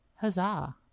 huzzah